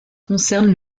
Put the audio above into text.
concerne